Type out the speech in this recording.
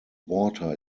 water